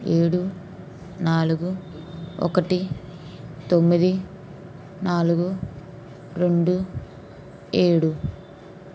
ఏడు నాలుగు ఒకటి తొమ్మిది నాలుగు రెండు ఏడు